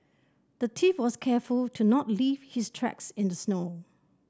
the thief was careful to not leave his tracks in the snow